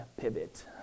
pivot